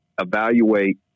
evaluate